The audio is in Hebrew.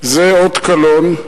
זה אות קלון.